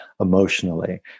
emotionally